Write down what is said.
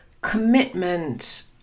commitment